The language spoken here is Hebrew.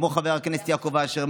כמו חבר הכנסת יעקב אשר,